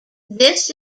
this